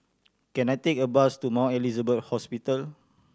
can I take a bus to Mount Elizabeth Hospital